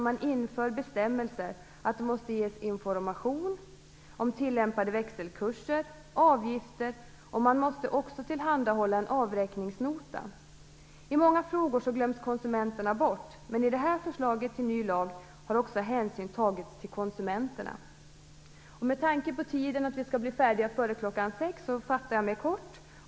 Man inför bestämmelser om att det måste ges information om tillämpade växelkurser och avgifter, och man måste också tillhandahålla en avräkningsnota. I många frågor glöms konsumenterna bort, men i det här förslaget till ny lag har hänsyn tagits också till konsumenterna. För att vi skall bli färdiga till kl. 18 fattar jag mig kort.